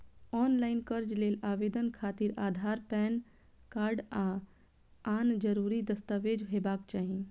ऑनलॉन कर्ज लेल आवेदन खातिर आधार, पैन कार्ड आ आन जरूरी दस्तावेज हेबाक चाही